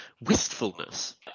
wistfulness